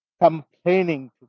complaining